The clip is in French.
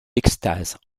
extase